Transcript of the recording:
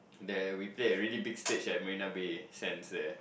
there we play at really big stage at Marina-Bay-Sands there